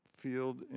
field